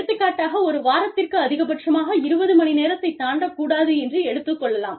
எடுத்துக் காட்டாக ஒரு வாரத்திற்கு அதிகபட்சமாக 20 மணிநேரத்தை தாண்டக் கூடாது என்று எடுத்துக் கொள்ளலாம்